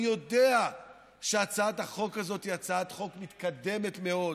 אני יודע שהצעת החוק הזאת היא הצעת חוק מתקדמת מאוד,